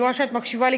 אני רואה שאת מקשיבה לי,